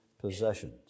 possessions